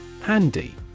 Handy